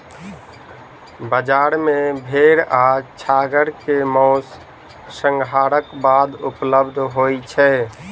बजार मे भेड़ आ छागर के मौस, संहारक बाद उपलब्ध होय छै